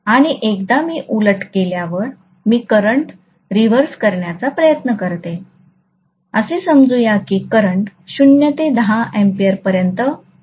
आणि एकदा मी उलट केल्यावर मी करंट रिव्हर्स करण्याचा प्रयत्न करतो असे समजू या की करंट 0 ते 10 अँपिअर पर्यंत वाढले आहे